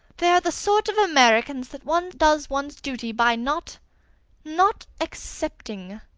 they are the sort of americans that one does one's duty by not not accepting.